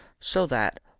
so that,